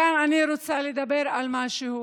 אני רוצה לדבר כאן על משהו,